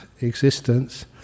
existence